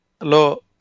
lo